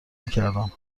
میکردم